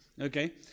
Okay